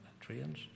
Trains